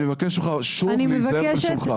ואני מבקש ממך, שוב, להיזהר בלשונך.